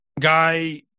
guy